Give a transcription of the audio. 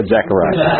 Zechariah